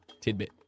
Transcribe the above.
tidbit